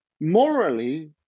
morally